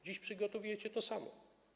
Dziś przygotowujecie to samo.